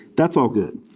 that's all good.